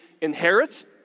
inherit